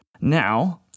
Now